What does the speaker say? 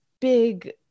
big